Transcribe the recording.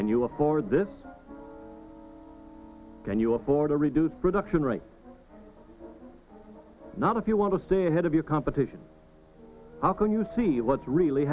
and you afford this can you afford to reduce production rates not if you want to stay ahead of your competition how can you see what's really